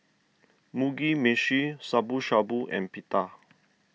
Mugi Meshi Shabu Shabu and Pita